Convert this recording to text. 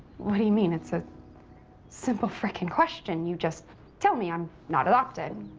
what do you mean? it's a simple fricking question. you just tell me i'm not adopted.